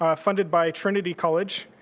ah funded by trinity college.